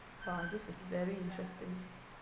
!wah! this is very interesting